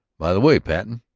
by the way, patten,